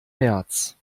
märz